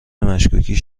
مشکوکی